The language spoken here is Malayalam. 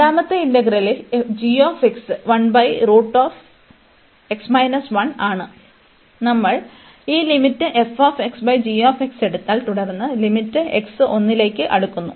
രണ്ടാമത്തെ ഇന്റഗ്രലിൽ ആണ് നമ്മൾ ഈ ലിമിറ്റ് ⁡ എടുത്താൽ തുടർന്ന് ലിമിറ്റ് 1 ലേക്ക് അടുക്കുന്നു